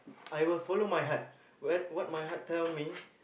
I will follow my heart what what my heart tell me